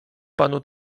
panu